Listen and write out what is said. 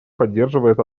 поддерживает